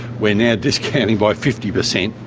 we're now discounting by fifty percent.